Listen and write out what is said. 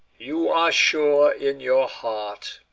you are sure in your heart.